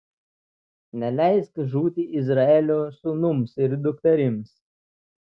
neleisk žūti izraelio sūnums ir dukterims